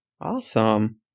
Awesome